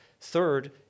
Third